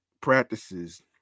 practices